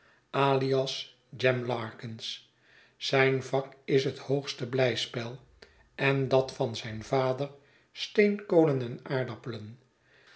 alias jem larkins zijn vak is het hooge blijspel en dat van zijn vader steenkolen en aardappelen